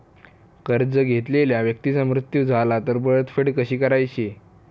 कर्ज घेतलेल्या व्यक्तीचा मृत्यू झाला तर परतफेड कशी करायची?